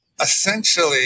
essentially